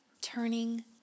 Turning